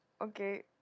Okay